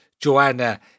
Joanna